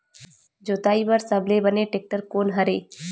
जोताई बर सबले बने टेक्टर कोन हरे?